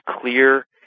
clear